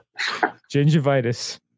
gingivitis